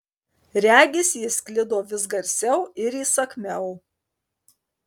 regis jis sklido vis garsiau ir įsakmiau